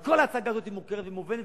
כל ההצגה הזאת מוכרת ומובנת,